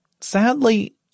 sadly